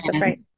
Right